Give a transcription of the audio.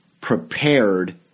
prepared